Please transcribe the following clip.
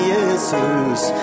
Jesus